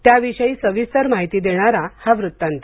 त्याविषयी सविस्तर माहिती देणारा हा वृत्तान्त